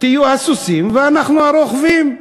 תהיו הסוסים ואנחנו הרוכבים.